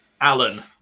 Alan